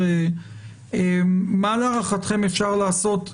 מה להערכתכם אפשר לעשות?